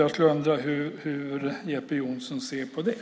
Jag undrar hur Jeppe Johnsson ser på det.